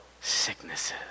sicknesses